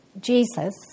Jesus